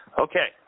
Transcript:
Okay